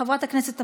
חבר הכנסת חמד עמאר,